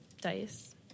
dice